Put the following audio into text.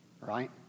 Right